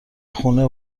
خونه